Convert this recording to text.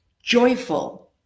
joyful